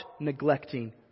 neglecting